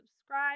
subscribe